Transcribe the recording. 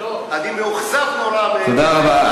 אני מאוכזב נורא, תודה רבה.